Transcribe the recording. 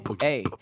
Hey